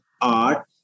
art